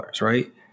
right